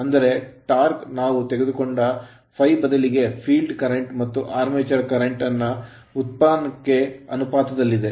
ಅಂದರೆ torque torque ನಾವು ತೆಗೆದುಕೊಂಡ ∅ ಬದಲಿಗೆ field current ಫೀಲ್ಡ್ ಕರೆಂಟ್ ಮತ್ತು armature current ಆರ್ಮೇಚರ್ ಕರೆಂಟ್ ನ ಉತ್ಪನ್ನಕ್ಕೆ ಅನುಪಾತದಲ್ಲಿದೆ